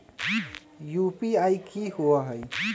UPI कि होअ हई?